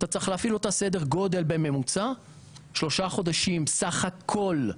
אתה צריך להפעיל אותה סדר גודל בממוצע שלושה חודשים בסך הכל,